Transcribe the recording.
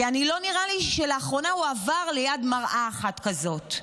כי לא נראה לי שלאחרונה הוא עבר ליד מראה אחת כזו.